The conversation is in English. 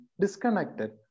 disconnected